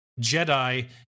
jedi